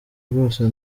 rwose